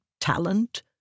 talent